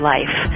Life